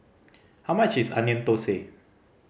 how much is Onion Thosai